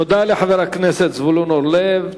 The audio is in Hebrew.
תודה לחבר הכנסת זבולון אורלב.